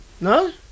no